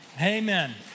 Amen